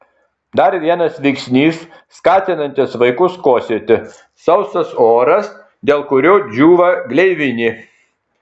dar vienas veiksnys skatinantis vaikus kosėti sausas oras dėl kurio džiūva gleivinė